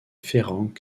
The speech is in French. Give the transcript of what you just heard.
ferenc